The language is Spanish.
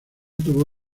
tuvo